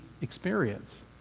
experience